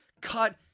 cut